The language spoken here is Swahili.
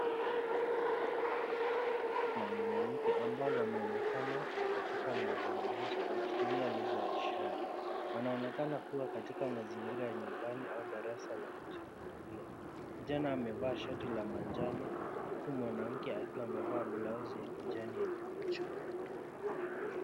Kijana na mwanamke, ambao wanaonekana katika mazungumzo, wakitumia lugha ya ishara. Wanaonekana kuwa katika mazingira ya nyumbani au darasa la kukimbia. Kijana amevaa shatila manjanu, akiwa amevaa blouse ya kijani yenye imechorwa roho.